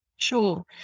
Sure